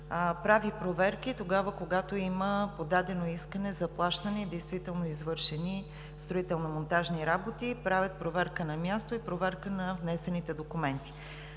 прави проверки – когато има подадено искане за плащане и действително извършени строително-монтажни работи, правят проверка на място и проверка на внесените документи.